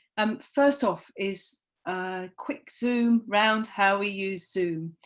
um first off is a quick zoom round how we use zoom.